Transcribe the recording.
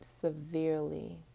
severely